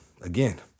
again